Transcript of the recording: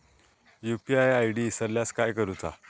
UPI ID इसरल्यास काय करुचा?